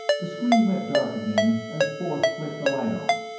the screen went dark again and forth flicked the light on.